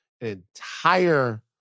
Entire